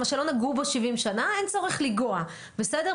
מה שלא נגעו בו 70 שנה אין צורך לגעת, בסדר?